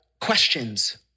questions